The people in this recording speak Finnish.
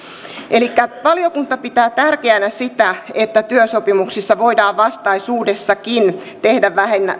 valiokunta pitää tärkeänä sitä että työsopimuksissa voidaan vastaisuudessakin tehdä